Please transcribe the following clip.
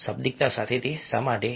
શાબ્દિકતા સાથે તે શા માટે છે